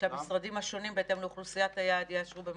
שהמשרדים השונים בהתאם לאוכלוסיית היעד יאשרו במקביל?